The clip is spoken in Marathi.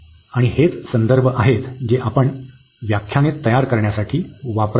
आणि हेच संदर्भ आहेत जे आपण व्याख्याने तयार करण्यासाठी वापरत आहोत